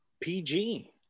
PG